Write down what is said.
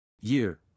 Year